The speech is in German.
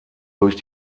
durch